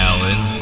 Alan